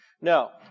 Now